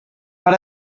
but